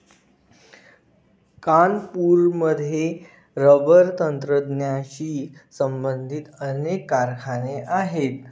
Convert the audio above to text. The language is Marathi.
कानपूरमध्ये रबर तंत्रज्ञानाशी संबंधित अनेक कारखाने आहेत